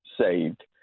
saved